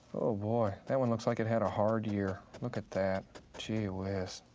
oh boy, that one looks like it had a hard year. look at that, gee whiz.